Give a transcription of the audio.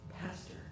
pastor